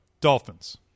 Dolphins